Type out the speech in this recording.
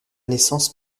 naissance